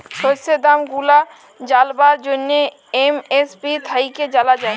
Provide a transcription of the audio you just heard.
শস্যের দাম গুলা জালবার জ্যনহে এম.এস.পি থ্যাইকে জালা যায়